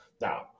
Now